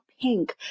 pink